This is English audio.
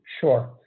Sure